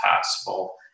possible